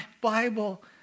Bible